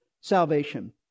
Salvation